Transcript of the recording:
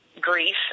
grief